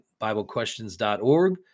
biblequestions.org